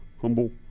humble